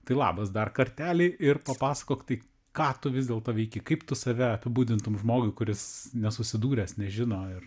tai labas dar kartelį ir papasakok tai ką tu vis dėlto veiki kaip tu save apibūdintum žmogui kuris nesusidūręs nežino ir